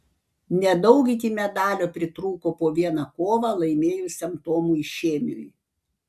nedaug iki medalio pritrūko po vieną kovą laimėjusiam tomui šėmiui